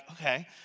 okay